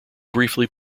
briefly